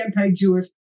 anti-Jewish